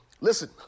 listen